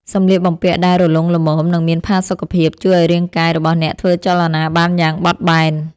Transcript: សម្លៀកបំពាក់ដែលរលុងល្មម និងមានផាសុកភាព ជួយឱ្យរាងកាយរបស់អ្នកធ្វើចលនាបានយ៉ាងបត់បែន។